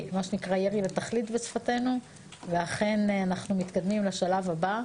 ירי לתכלית בשפתנו ואכן אנחנו מתקדמים לשלב הבא.